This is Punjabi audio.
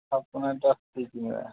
ਆਪਣਾ ਤਾਂ ਟੀਚਿੰਗ ਆ